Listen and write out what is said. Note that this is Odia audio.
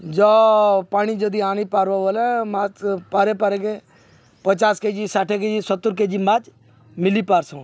ଜ ପାଣି ଯଦି ଆଣିପାର୍ବ ବୋଲେ ମାଛ୍ ପାରେ ପାରେକେ ପଚାଶ୍ କେ ଜି ଷାଠେ କେ ଜି ସତୁର୍ କେ ଜି ମାଛ୍ ମିଲିପାର୍ସନ୍